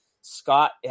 Scott